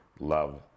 love